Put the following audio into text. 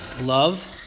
love